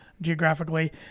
geographically